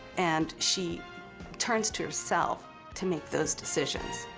and she turns to herself to make those decisions.